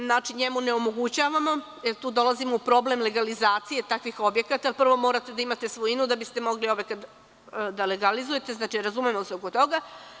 Znači, njemu ne omogućavamo, jer tu dolazimo u problem legalizacije takvih objekata, jer prvo morate da imate svojinu da biste mogli objekta da legalizujete, znači, razumemo se oko toga.